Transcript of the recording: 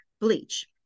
bleach